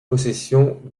possessions